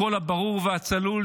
הקול הברור והצלול,